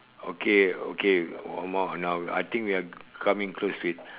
okay okay one more now I think we are coming close to it